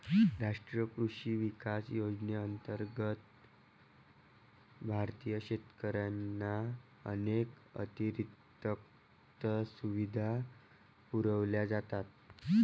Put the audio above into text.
राष्ट्रीय कृषी विकास योजनेअंतर्गत भारतीय शेतकऱ्यांना अनेक अतिरिक्त सुविधा पुरवल्या जातात